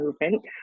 movement